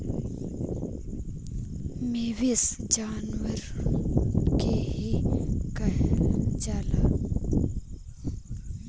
मवेसी जानवर के ही कहल जाला